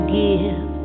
give